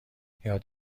یاد